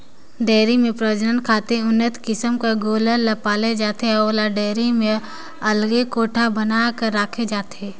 dairy में प्रजनन खातिर उन्नत किसम कर गोल्लर ल पाले जाथे अउ ओला डेयरी में अलगे कोठा बना कर राखे जाथे